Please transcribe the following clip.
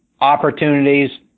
opportunities